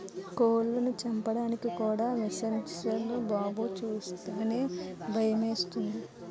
కోళ్లను చంపడానికి కూడా మిసన్లేరా బాబూ సూస్తేనే భయమేసింది